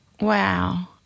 Wow